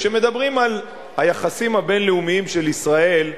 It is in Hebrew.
כשמדברים על היחסים הבין-לאומיים של ישראל,